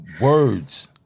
words